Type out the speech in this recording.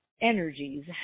energies